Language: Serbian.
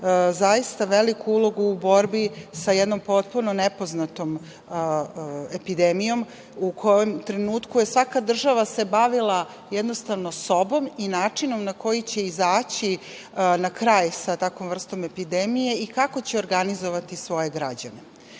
zaista veliku ulogu u borbi sa jednom potpuno nepoznatom epidemijom, u kom trenutku se svaka država bavila jednostavno sobom i načinom na koji će izaći na kraj sa takvom vrstom epidemije i kako će organizovati svoje građane. Ta